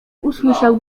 usłyszał